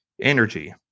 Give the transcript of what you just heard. energy